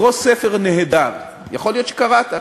לקרוא ספר נהדר, יכול להיות שקראת,